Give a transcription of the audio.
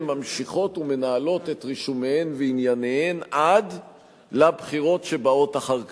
ממשיכות ומנהלות את רישומיהן וענייניהן עד לבחירות שבאות אחר כך.